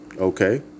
Okay